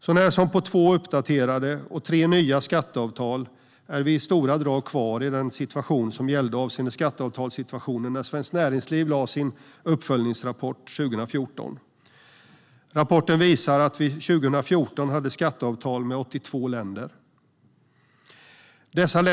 Så när som på två uppdaterade och tre nya skatteavtal är vi i stora drag kvar i den situation som gällde avseende skatteavtalssituationen när Svenskt Näringsliv lade fram sin uppföljningsrapport 2014. Rapporten visar att vi 2014 hade skatteavtal med 82 länder.